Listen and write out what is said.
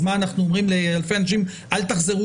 אז אנחנו אומרים לאלפי אנשים שלא יחזרו